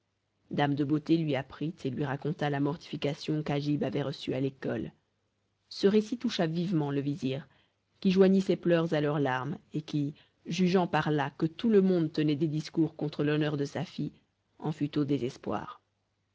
dame de beauté lui apprit et lui raconta la mortification qu'agib avait reçue à l'école ce récit toucha vivement le vizir qui joignit ses pleurs à leurs larmes et qui jugeant par là que tout le monde tenait des discours contre l'honneur de sa fille en fut au désespoir